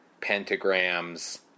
Pentagrams